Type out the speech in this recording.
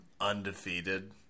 Undefeated